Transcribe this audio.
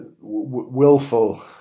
willful